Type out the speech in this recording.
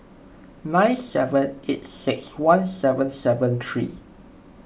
nine seven eight six one seven seven three